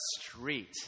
street